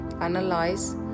analyze